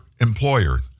employer